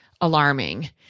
alarming